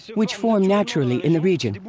which form naturally in the region.